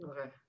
Okay